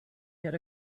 yet